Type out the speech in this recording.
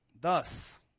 Thus